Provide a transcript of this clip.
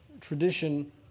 tradition